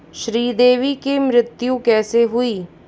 श्री देवी की मृत्यु कैसे हुई